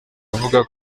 avuga